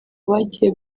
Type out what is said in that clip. bagiye